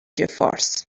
فارس